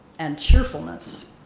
and cheerfulness.